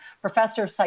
Professor